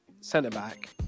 centre-back